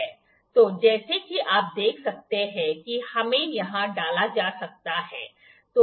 तो जैसाकि आप देख सकते हैं कि इसे यहां डाला जा सकता है